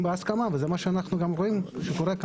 בהסכמה וזה מה שאנחנו גם רואים שקורה כאן.